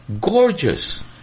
Gorgeous